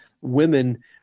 women